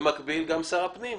במקביל, גם שר הפנים.